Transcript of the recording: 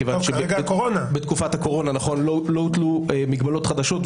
כיוון שבתקופת הקורונה לא הוטלו מגבלות חדשות,